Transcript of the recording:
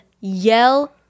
yell